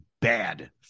bad